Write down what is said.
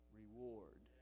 reward